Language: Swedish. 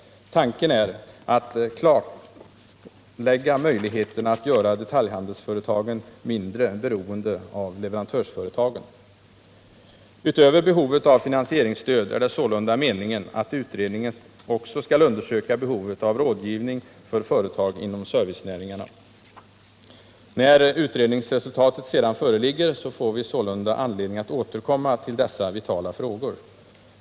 Tanken är att kartlägga möjligheterna att göra detaljhandelsföretagen mindre beroende av leverantörsföretagen. Utöver behovet av finansieringsstöd är det sålunda meningen att utredningen också skall undersöka behovet av rådgivning för företag inom servicenäringarna. När utredningsresultatet föreligger får vi sålunda anledning att återkomma till dessa vitala frågor.